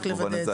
רציתי לוודא.